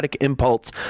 Impulse